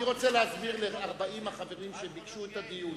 אני רוצה להסביר ל-40 החברים שביקשו את הדיון.